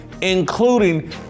including